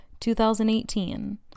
2018